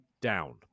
down